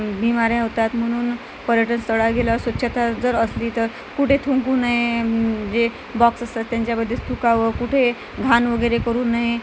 बिमाऱ्या होतात म्हणून पर्यटन स्थळावर गेल्यावर स्वच्छता जर असली तर कुठे थुंकू नये जे बॉक्स असतात त्यंच्यामध्येच थुंकावं कुठे घाण वगैरे करू नये